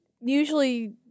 usually